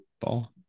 ball